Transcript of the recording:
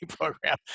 program